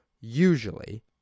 usually